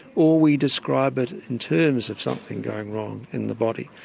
or we describe it in terms of something going wrong in the body,